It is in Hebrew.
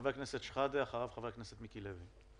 חבר הכנסת שחאדה, ואחריו חבר הכנסת מיקי לוי.